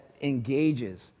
engages